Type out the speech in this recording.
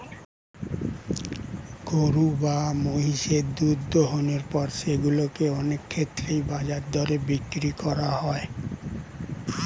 গরু বা মহিষের দুধ দোহনের পর সেগুলো কে অনেক ক্ষেত্রেই বাজার দরে বিক্রি করা হয়